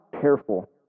careful